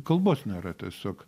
kalbos nėra tiesiog